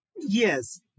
Yes